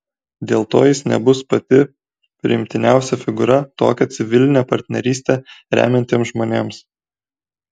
dėl to jis nebus pati priimtiniausia figūra tokią civilinę partnerystę remiantiems žmonėms